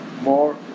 more